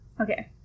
Okay